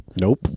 Nope